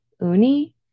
Uni